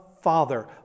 father